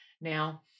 Now